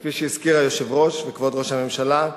וכפי שהזכיר היושב-ראש וכבוד ראש הממשלה,